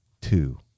two